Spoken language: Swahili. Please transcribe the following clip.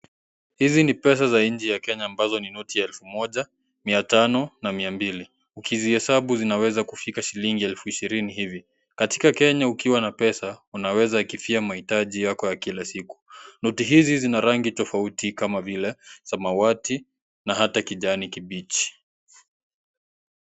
Hizi ni pesa za nchi ya Kenya, mbazo ni noti ya elfu moja, miatano na miambili. Ukizihesabu zinaweza kufika shilingi elfu ishirini hivi. Katika Kenya ukiwa na pesa, unawezakithia mahitaji yako ya kila siku. Noti hizi zina rangi tofauti kama vile zamawati na hata kijani kibichi.